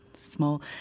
small